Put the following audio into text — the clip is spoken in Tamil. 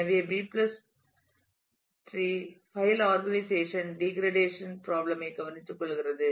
எனவே B tree B tree file organisation degradation problem ஐ கவனித்துக்கொள்கிறது